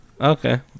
Okay